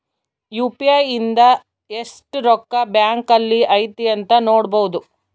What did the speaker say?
UPI ಇಂದ ಎಸ್ಟ್ ರೊಕ್ಕ ಬ್ಯಾಂಕ್ ಅಲ್ಲಿ ಐತಿ ಅಂತ ನೋಡ್ಬೊಡು